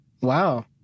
Wow